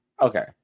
okay